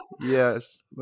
Yes